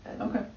Okay